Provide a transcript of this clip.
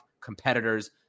competitors